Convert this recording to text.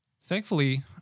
thankfully